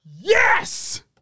Yes